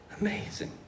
Amazing